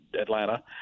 Atlanta